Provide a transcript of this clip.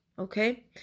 Okay